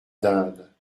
dinde